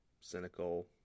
cynical